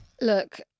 look